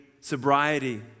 sobriety